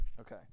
Okay